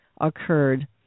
occurred